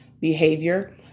behavior